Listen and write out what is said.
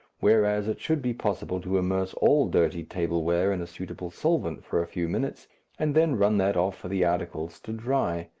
whereas it should be possible to immerse all dirty table wear in a suitable solvent for a few minutes and then run that off for the articles to dry.